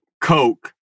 coke